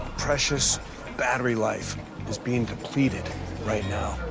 precious battery life is being depleted right now.